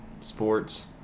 sports